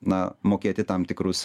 na mokėti tam tikrus